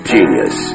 Genius